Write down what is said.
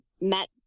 met